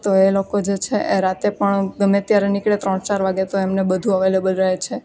તો એ લોકો જે છે એ રાત્રે પણ ગમે ત્યારે નીકળે ત્રણ ચાર વાગ્યે તો એમને બધું અવેલેબલ રહે છે